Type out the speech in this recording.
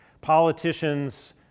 Politicians